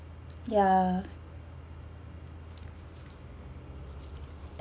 ya